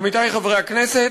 עמיתי חברי הכנסת,